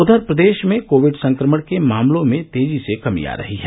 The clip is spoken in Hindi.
उधर प्रदेश में कोविड संक्रमण के मामलों में तेजी से कमी आ रही है